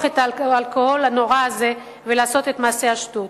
את האלכוהול הנורא הזה ולעשות את מעשי השטות.